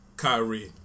Kyrie